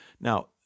now